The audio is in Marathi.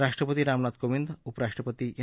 राष्ट्रपती रामनाथ कोविंद उपराष्ट्रपती एम